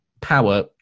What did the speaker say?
power